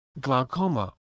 glaucoma